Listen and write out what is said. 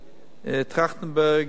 טרכטנברג,